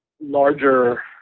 larger